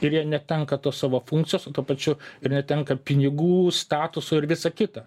ir jie netenka tos savo funkcijos o tuo pačiu ir netenka pinigų statuso ir visa kita